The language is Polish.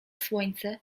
słońce